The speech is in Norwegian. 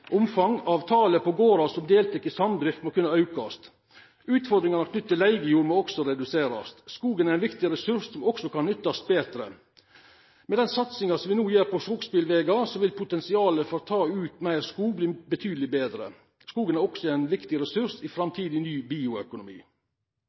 omfang av talet på gardar som deltek i samdrift, må kunne aukast. Utfordringane knytte til leigejord må også reduserast. Skogen er ein viktig ressurs som kan utnyttast betre. Med den satsinga vi no gjer på skogsbilvegar, vil potensialet for å ta ut meir skog verta betydeleg betre. Skogen er også ein viktig ressurs i